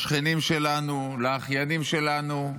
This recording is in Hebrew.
לשכנים שלנו, לאחיינים שלנו,